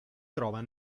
trova